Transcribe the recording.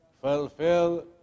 Fulfill